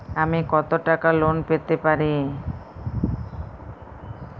আমি কত টাকা লোন পেতে পারি?